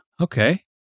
okay